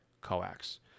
coax